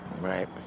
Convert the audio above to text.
right